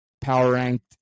power-ranked